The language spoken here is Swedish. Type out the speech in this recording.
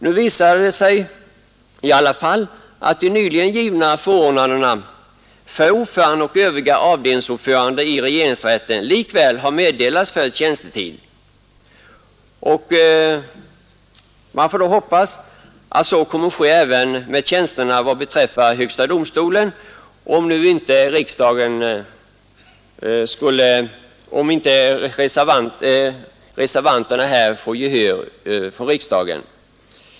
Nu visar det sig att de nyligen givna förordnandena för ordförande och avdelningsordförande i regeringsrätten likväl har meddelats för tjänstetid. Man får hoppas att så kommer att ske även med tjänsterna vad beträffar HD, om nu inte reservanterna här får gehör hos riksdagen.